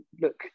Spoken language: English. look